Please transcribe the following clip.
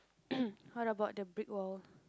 what about the brick wall